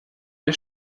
der